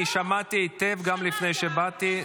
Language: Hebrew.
אני שמעתי היטב גם לפני שבאתי.